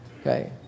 Okay